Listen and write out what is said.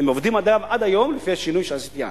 הם עובדים, אגב, עד היום, לפי השינוי שעשיתי אז.